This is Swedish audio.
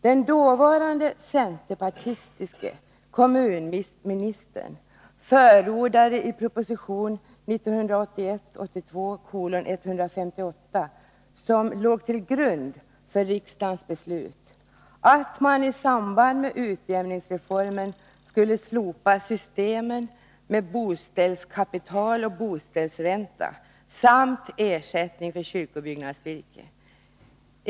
Den dåvarande, centerpartistiske kommunministern förordade i proposition 1981/82:158, som låg till grund för riksdagens beslut, att man i samband med utjämningsreformen skulle slopa systemen med boställskapital och boställsränta samt ersättning för kyrkobyggnadsvirke.